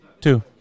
Two